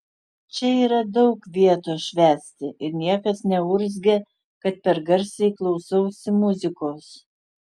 čia yra daug vietos švęsti ir niekas neurzgia kad per garsiai klausausi muzikos